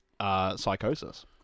Psychosis